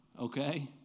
okay